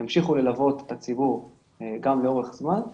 ימשיכו ללוות את הציבור גם לאורך זמן,